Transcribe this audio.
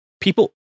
people